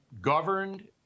governed